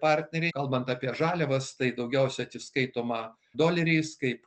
partneriai kalbant apie žaliavas tai daugiausia atsiskaitoma doleriais kaip